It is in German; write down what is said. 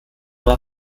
war